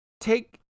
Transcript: take